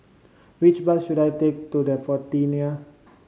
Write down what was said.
which bus should I take to The